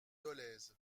dolez